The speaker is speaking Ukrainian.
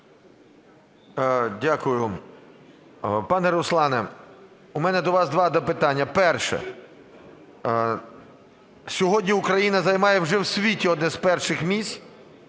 Н.І. Пане Руслане, у мене до вас два запитання. Перше. Сьогодні Україна займає вже в світі одне з перших місць